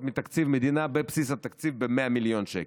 מתקציב מדינה בבסיס התקציב ב-100 מיליון שקל.